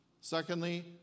Secondly